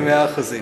מאה אחוזים.